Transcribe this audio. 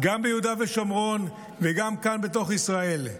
גם ביהודה ושומרון וגם כאן בתוך ישראל.